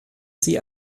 sie